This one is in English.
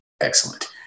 excellent